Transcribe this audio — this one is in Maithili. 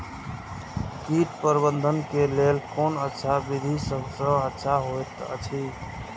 कीट प्रबंधन के लेल कोन अच्छा विधि सबसँ अच्छा होयत अछि?